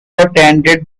attended